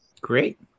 Great